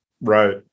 Right